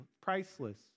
priceless